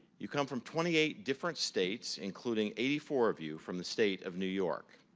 you come from twenty eight different states, including eighty four of you from the state of new york.